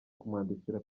kumwandikira